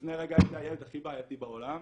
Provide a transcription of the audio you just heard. לפני רגע הייתי הילד הכי בעייתי בעולם,